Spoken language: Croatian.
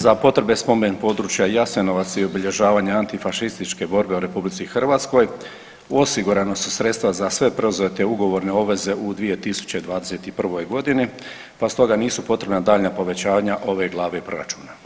Za potrebe spomen područja Jasenovac i obilježavanje antifašističke borbe u RH, osigurana su sredstva za sve preuzete ugovorne obveze u 2021. godini, pa stoga nisu potrebna daljnja povećanja ove glave proračuna.